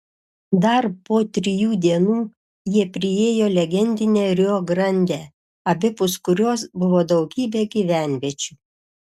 dar po trijų dienų jie priėjo legendinę rio grandę abipus kurios buvo daugybė gyvenviečių